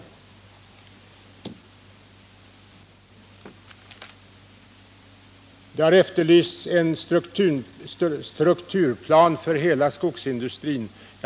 Man har efterlyst en strukturplan för hela skogsindustrin.